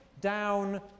down